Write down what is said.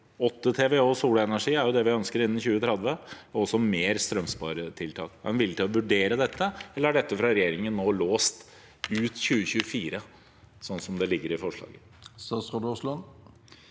8 TWh solenergi er det vi ønsker innen 2030 – og også mer strømsparetiltak? Er han villig til å vurdere dette, eller er det fra regjeringen nå låst ut 2024, sånn som det ligger i forslaget?